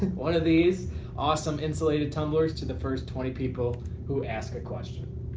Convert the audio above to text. one of these awesome insulated tumblers to the first twenty people who ask a question.